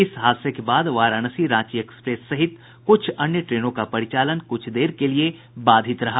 इस हादसे के बाद वाराणसी रांची एक्सप्रेस सहित कुछ अन्य ट्रेनों का परिचालन कुछ देर के लिए बाधित रहा